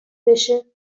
بشه